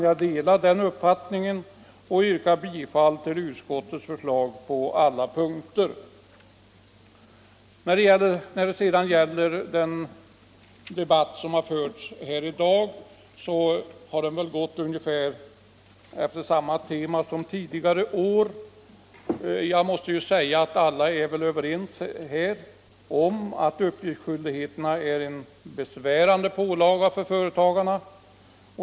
Jag delar den uppfattningen och yrkar bifall till utskottets förslag på alla punkter. När det sedan gäller den debatt som förts här i dag — den har gått efter ungefär samma tema som tidigare år — måste jag säga att alla är vi väl överens om att uppgiftsskyldigheten är en besvärande pålaga för företagarna.